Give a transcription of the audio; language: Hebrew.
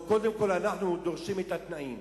או קודם כול אנחנו דורשים את התנאים.